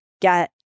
get